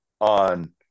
on